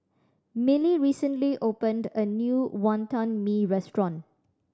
Milly recently opened a new Wonton Mee restaurant